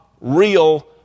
real